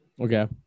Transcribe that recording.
Okay